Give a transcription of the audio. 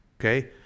okay